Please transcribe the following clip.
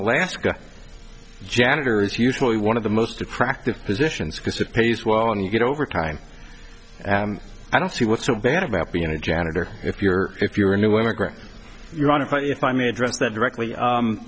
alaska janitor is usually one of the most attractive positions because it pays well and you get overtime i don't see what's so bad about being a janitor if you're if you're a new immigrant you want to but if i may address that directly